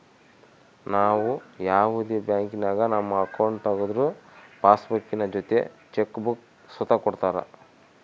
ನಾವು ಯಾವುದೇ ಬ್ಯಾಂಕಿನಾಗ ನಮ್ಮ ಅಕೌಂಟ್ ತಗುದ್ರು ಪಾಸ್ಬುಕ್ಕಿನ ಜೊತೆ ಚೆಕ್ ಬುಕ್ಕ ಸುತ ಕೊಡ್ತರ